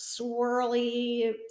swirly